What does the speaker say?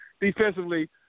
defensively